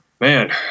man